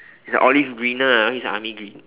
it's a olive greener this army green